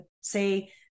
say